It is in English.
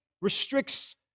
restricts